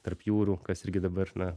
tarp jūrų kas irgi dabar na